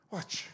Watch